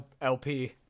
LP